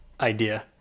idea